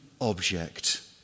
object